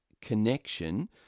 connection